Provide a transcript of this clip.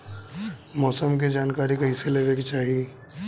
मौसम के जानकारी कईसे लेवे के चाही?